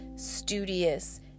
studious